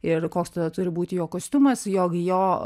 ir koks tada turi būti jo kostiumas jog jo